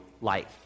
life